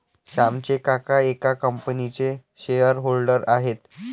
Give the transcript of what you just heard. श्यामचे काका एका कंपनीचे शेअर होल्डर आहेत